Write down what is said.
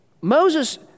Moses